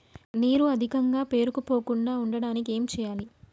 నీరు అధికంగా పేరుకుపోకుండా ఉండటానికి ఏం చేయాలి?